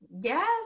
Yes